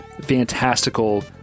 fantastical